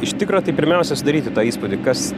iš tikro tai pirmiausia sudaryti tą įspūdį kas